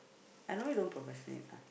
I know you don't purposely